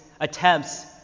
attempts